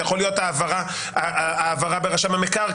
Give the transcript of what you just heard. זה יכול להיות למשל העברה ברשם המקרקעין.